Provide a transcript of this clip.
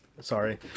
Sorry